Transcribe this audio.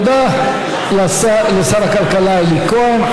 תודה לשר הכלכלה אלי כהן.